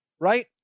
right